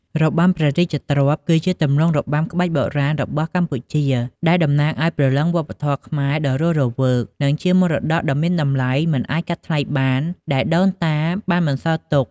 របាំព្រះរាជទ្រព្យ គឺជាទម្រង់របាំក្បាច់បុរាណរបស់កម្ពុជា ដែលតំណាងឲ្យព្រលឹងវប្បធម៌ខ្មែរដ៏រស់រវើក និងជាមរតកដ៏មានតម្លៃមិនអាចកាត់ថ្លៃបាន ដែលដូនតាបានបន្សល់ទុក។